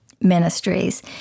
ministries